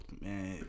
Man